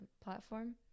platform